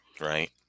Right